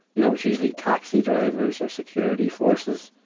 it was usually taxi drivers or security forces.